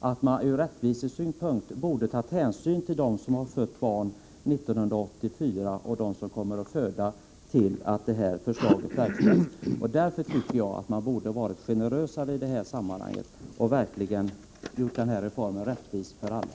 att man ur rättvisesynpunkt borde ha tagit hänsyn till dem som har fött barn 1984 och dem som kommer att föda innan det här förslaget blir verklighet. Man borde ha varit generösare i det här fallet och verkligen gjort reformen rättvis för alla.